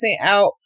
out